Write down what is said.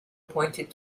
pointed